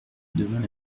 devint